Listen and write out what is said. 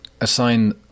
assign